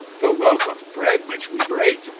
the loaf of bread which we break,